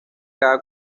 cada